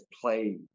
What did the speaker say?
play